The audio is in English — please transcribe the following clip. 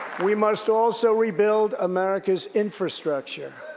we must also rebuild america's infrastructure.